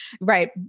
right